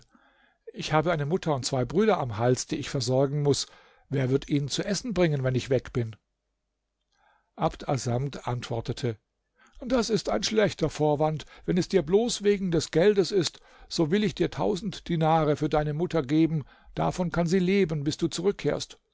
ich habe eine mutter und zwei brüder am hals die ich versorgen muß wer wird ihnen zu essen bringen wenn ich weg bin abd assamd antwortete das ist ein schlechter vorwand wenn es dir bloß wegen des geldes ist so will ich dir tausend dinare für deine mutter geben davon kann sie leben bis du zurückkehrst